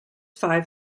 five